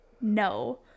no